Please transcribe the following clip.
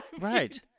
right